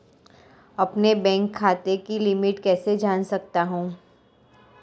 अपने बैंक खाते की लिमिट कैसे जान सकता हूं?